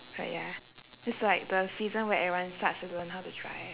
but ya it's like the season where everyone starts to learn how to drive